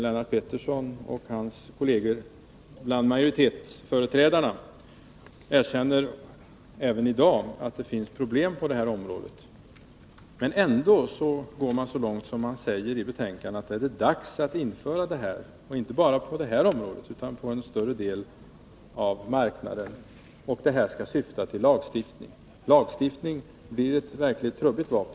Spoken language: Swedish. Lennart Pettersson och hans kollegor bland majoritetsföreträdarna erkänner även i dag att det finns problem på det här området. Men ändå går de så långt att de i betänkandet säger att det är dags att införa ursprungsmärkning — och inte bara på möbler utan inom en större del av marknaden. Den utredning som föreslås skall vidare syfta till lagstiftning. Men lagstiftning blir ett verkligt trubbigt vapen.